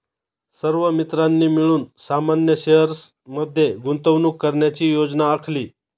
सर्व मित्रांनी मिळून सामान्य शेअर्स मध्ये गुंतवणूक करण्याची योजना आखली